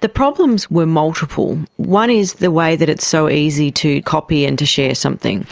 the problems were multiple. one is the way that it's so easy to copy and to share something.